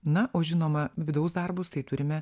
na o žinoma vidaus darbus tai turime